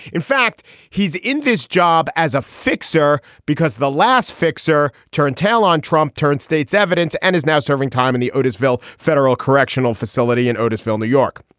in fact he's in this job as a fixer because the last fixer turned tail on trump. turn state's evidence and is now serving time in the otis ville federal correctional facility in otis film new york.